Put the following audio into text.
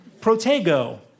Protego